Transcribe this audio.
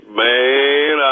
man